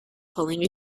pulling